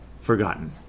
forgotten